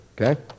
okay